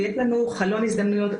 ויש לנו חלון הזדמנויות,